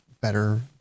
better